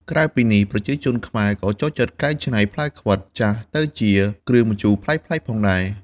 ក្រៅពីនេះ ប្រជាជនខ្មែរក៏ចូលចិត្តកែច្នៃផ្លែខ្វិតចាស់ទៅជា គ្រឿងម្ជូរប្លែកៗផងដែរ ។